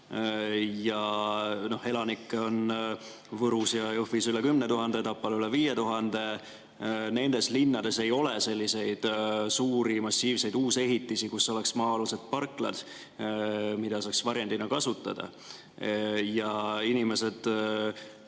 Elanikke on Võrus ja Jõhvis üle 10 000, Tapal üle 5000. Nendes linnades ei ole suuri massiivseid uusehitisi, kus oleks maa-alused parklad, mida saaks varjendina kasutada. Mida